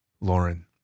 Lauren